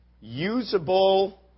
usable